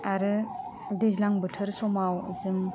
आरो दैज्लां बोथोर समाव जों